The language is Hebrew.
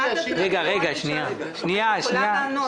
אני יכולה לענות.